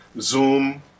Zoom